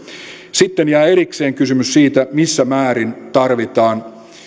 sitten jää erikseen kysymys siitä missä määrin tarvitaan